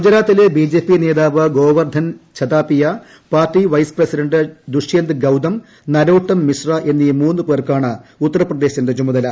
ഗുജറാത്തിലെ B J P ്യേതാവ് ഗോവർദ്ധൻ ്ഛതാപിയ party vice president Dushyant Gautam Narottam Mishra എന്നീ മൂന്നുപേർക്കാണ് ഉത്തർപ്രദേശിന്റെ ചുമതല